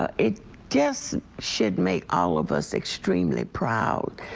ah it yes should make all of us extremely proud.